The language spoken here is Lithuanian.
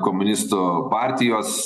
komunistų partijos